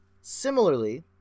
Similarly